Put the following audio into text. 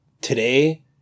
Today